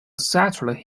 settler